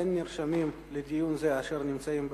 אין נרשמים לדיון אשר נמצאים באולם,